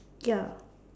ya